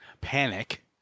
panic